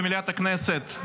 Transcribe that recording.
במליאת הכנסת,